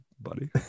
buddy